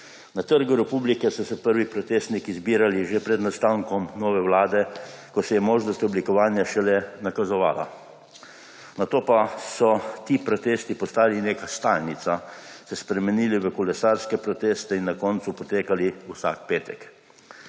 Na Trgu republike so se prvi protestniki zbirali že pred nastankom nove vlade, ko se je možnost oblikovanja šele nakazovala. Nato pa so ti protesti postali neka stalnica, se spremenili v kolesarske proteste in na koncu potekali vsak petek.